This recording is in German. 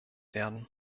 werden